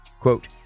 Quote